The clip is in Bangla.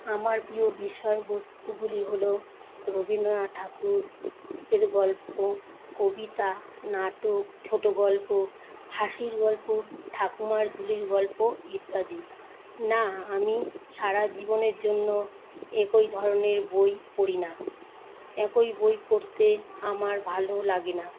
আমার প্রিয় বিষয়বস্তুগুলি হলো রবীন্দ্রনাথ ঠাকুরের গল্প কবিতা নাটক ছোটো গল্প হাসির গল্প ঠাকুমার ঝুলির গল্প ইত্যাদি না আমি সারা জীবনের জন্য একই ধরনের বই পড়ি না একই বই পড়তে আমার ভালো লাগে না